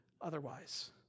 otherwise